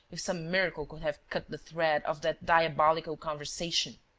if some miracle could have cut the thread of that diabolical conversation!